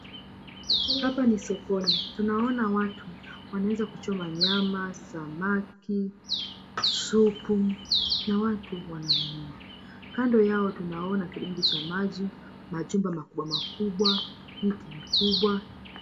Hapa ni sokoni tunaeza kuna watu wanaeza choma nyama, samaki, supu na watu wananunuwa kando yao tunaona kidimbwi cha maji, majumba makubwa makubwa, miti mikubwa.